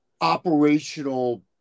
operational